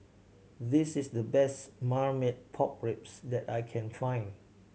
this is the best Marmite Pork Ribs that I can find